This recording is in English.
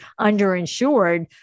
underinsured